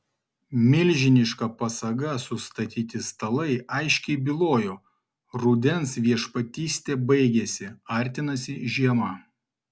milžiniška pasaga sustatyti stalai aiškiai bylojo rudens viešpatystė baigiasi artinasi žiema